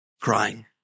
crying